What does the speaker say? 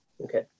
okay